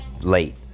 late